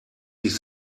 sich